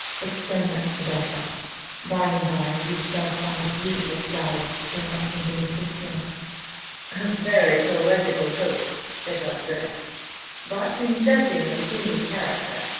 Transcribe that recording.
but so much the better by and by we shall find beautiful flowers spring up from beneath the snow a very poetical hope, said dr. x but in judging of the human character,